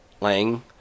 Lang